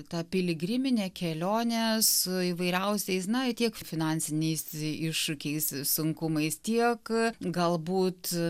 ta piligriminė kelionė su įvairiausiais na tiek finansiniais iššūkiais sunkumais tiek galbūt